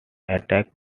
attacks